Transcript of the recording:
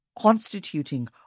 constituting